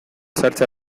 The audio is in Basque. sartzea